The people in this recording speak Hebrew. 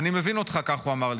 'אני מבין אותך', כך אמר לי.